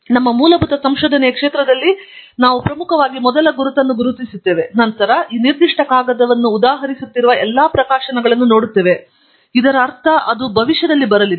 ನಮ್ಮ ಮೂಲಭೂತ ಸಂಶೋಧನೆಯ ಕ್ಷೇತ್ರದಲ್ಲಿ ನಾವು ಪ್ರಮುಖವಾಗಿ ಮೊದಲ ಗುರುತನ್ನು ಗುರುತಿಸುತ್ತೇವೆ ಮತ್ತು ನಂತರ ಈ ನಿರ್ದಿಷ್ಟ ಕಾಗದವನ್ನು ಉದಾಹರಿಸುತ್ತಿರುವ ಎಲ್ಲ ಪ್ರಕಾಶನಗಳನ್ನು ನಾವು ನೋಡುತ್ತೇವೆ ಇದರರ್ಥ ಅವರು ಭವಿಷ್ಯದಲ್ಲಿ ಬರಲಿವೆ